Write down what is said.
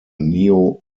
neo